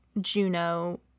Juno